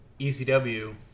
ECW